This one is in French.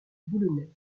boulonnais